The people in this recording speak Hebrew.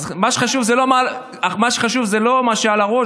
אז מה שחשוב זה לא מה שעל הראש,